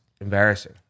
embarrassing